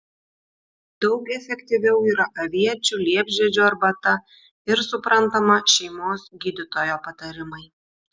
daug efektyviau yra aviečių liepžiedžių arbata ir suprantama šeimos gydytojo patarimai